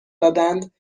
دادند